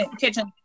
kitchen